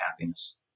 happiness